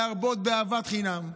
להרבות באהבת חינם,